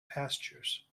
pastures